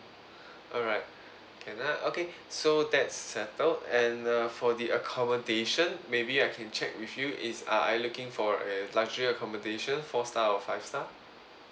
alright can ah okay so that's settled and uh for the accommodation maybe I can check with you is uh are you looking for a larger accommodation four star or five star